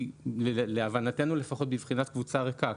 ההפניה להבנתנו לפחות היא בבחינת קבוצה ריקה.